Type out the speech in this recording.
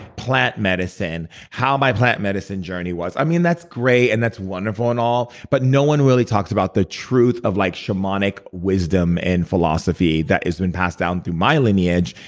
plant medicine, how my plant medicine journey was. i mean that's great, and that's wonderful and all, but no one really talks about the truth of like shamanic wisdom and philosophy that has been passed down through my lineage,